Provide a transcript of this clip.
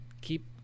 keep